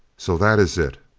so that is it?